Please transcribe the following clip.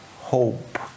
hope